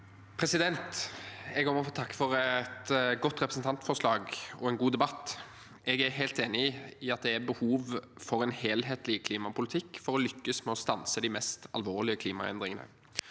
Jeg må også få takke for et godt representantforslag og en god debatt. Jeg er helt enig i at det er behov for en helhetlig klimapolitikk for å lykkes med å stanse de mest alvorlige klimaendringene.